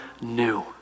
new